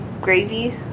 gravy